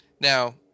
Now